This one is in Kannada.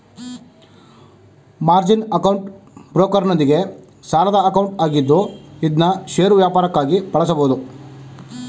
ಮಾರ್ಜಿನ್ ಅಕೌಂಟ್ ಬ್ರೋಕರ್ನೊಂದಿಗೆ ಸಾಲದ ಅಕೌಂಟ್ ಆಗಿದ್ದು ಇದ್ನಾ ಷೇರು ವ್ಯಾಪಾರಕ್ಕಾಗಿ ಬಳಸಬಹುದು